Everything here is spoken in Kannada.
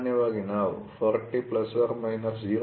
ಸಾಮಾನ್ಯವಾಗಿ ನಾವು 40 ± 0